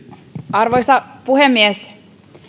arvoisa puhemies